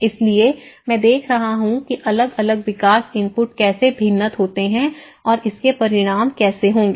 इसलिए मैं देख रहा हूं कि अलग अलग विकास इनपुट कैसे भिन्न होते हैं और इसके परिणाम कैसे होंगे